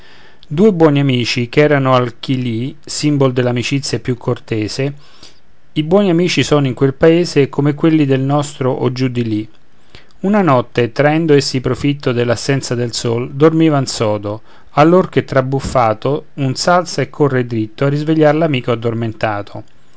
due buoni amici c'erano al chilì simbol dell'amicizia più cortese i buoni amici sono in quel paese come quelli del nostro o giù di lì una notte traendo essi profitto dell'assenza del sol dormivan sodo allor che trabuffato un s'alza e corre dritto a risvegliar l'amico addormentato